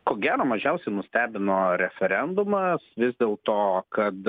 ko gero mažiausiai nustebino referendumas vis dėlto kad